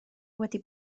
wedi